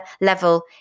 level